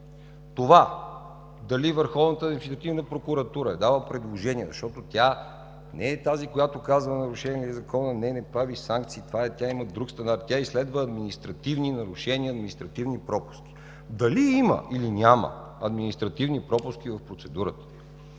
Това дали Върховната административна прокуратура е дала предложение, защото тя не е тази, която казва нарушен ли е закона. Не, не прави санкции, тя има друг стандарт – тя изследва административни нарушения на административни пропуски. Дали има или няма административни пропуски в процедурата,